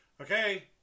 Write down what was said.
Okay